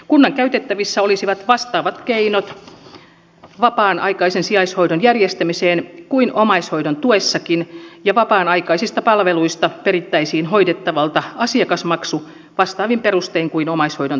kunnan käytettävissä olisivat vastaavat keinot vapaan aikaisen sijaishoidon järjestämiseen kuin omaishoidon tuessakin ja vapaan aikaisista palveluista perittäisiin hoidettavalta asiakasmaksu vastaavin perustein kuin omaishoidon tuessa